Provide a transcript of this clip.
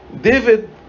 David